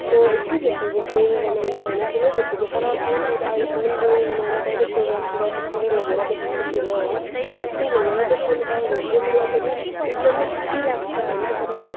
म यत्रो भइसकेँ ड्रइङ बनाएर होइन ठुलो भइसकेँ तरसम्म मैले अहिलेसम्म ड्रइङ बनाएर कहिले प्रोग्रामतिर चाहिँ त्यसरी लगेर देखाएको छैन होइन त्यसरी लगेर देखाउनु पाएँ भने चाहिँ मलाई पनि एकदमै खुसी लाग्छ होइन तर